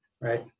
right